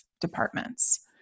departments